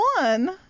one